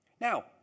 Now